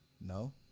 No